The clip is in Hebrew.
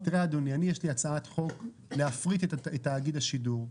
יש לי הצעת חוק להפריט את תאגיד השידור.